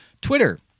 Twitter